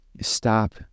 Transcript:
Stop